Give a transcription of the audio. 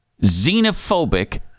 xenophobic